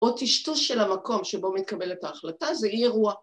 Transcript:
‫או טשטוש של המקום ‫שבו מתקבלת ההחלטה, זה יהיה אירוע.